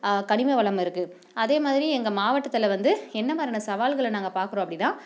கனிம வளம் இருக்குது அதே மாதிரி எங்கள் மாவட்டத்தில் வந்து என்னமாதிரியான சவால்களை நாங்கள் பார்க்குறோம் அப்படின்னா